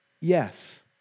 Yes